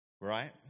Right